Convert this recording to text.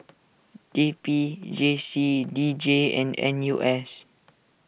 T P J C D J and N U S